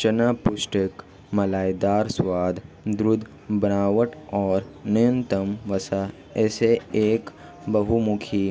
चना पौष्टिक मलाईदार स्वाद, दृढ़ बनावट और न्यूनतम वसा इसे एक बहुमुखी